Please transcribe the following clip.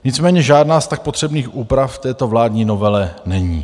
Nicméně žádná z tak potřebných úprav v této vládní novele není.